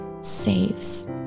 saves